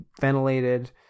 ventilated